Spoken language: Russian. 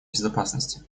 безопасности